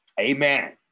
amen